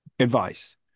advice